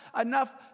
enough